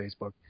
Facebook